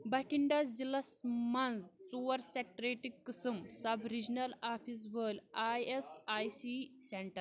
بھٹِنٛڈہ ضلعس مَنٛز ژور سیٹریٹٕکۍ قٕسم سب ریٖجنَل آفِس وٲلۍ I S I C centre